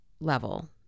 level